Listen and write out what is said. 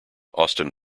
austin